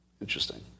Interesting